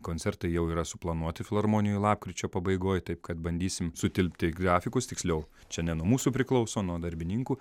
koncertai jau yra suplanuoti filharmonijoj lapkričio pabaigoj taip kad bandysim sutilpti grafikus tiksliau čia ne nuo mūsų priklauso nuo darbininkų